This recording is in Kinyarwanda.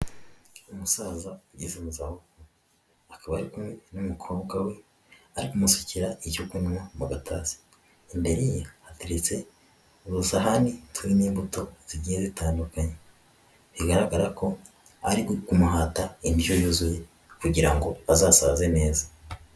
Umusaza ugeze uu za akaba ari kumwe n'umukobwa we arimusukira igihuguo mogataderi ye atetserozahani we n'imbuto zigiye bitandukanye bigaragara ko ari kumuhata indyo yuzuye kugira ngo azasaze neza.